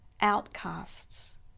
outcasts